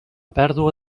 pèrdua